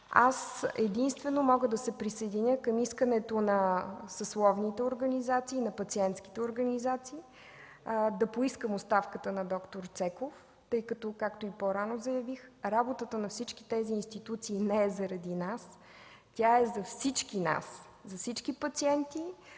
единствено мога да се присъединя към искането на съсловните, на пациентските организации – да поискам оставката на д-р Цеков. Както и по-рано заявих, работата на всички тези институции не е заради нас, тя е за всички нас, за всички пациенти,